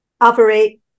operate